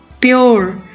pure